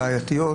בעייתיות,